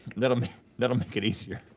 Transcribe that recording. that'll make that'll make it easier.